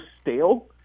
stale